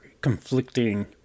conflicting